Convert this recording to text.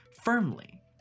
firmly